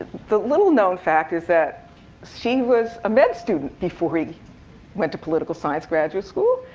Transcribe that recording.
the little known fact is that steve was a med student before he went to political science graduate school.